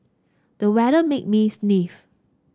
the weather made me sneeze